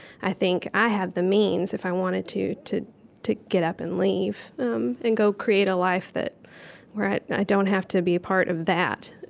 i think, i have the means, if i wanted to, to to get up and leave um and go create a life that where i i don't have to be a part of that,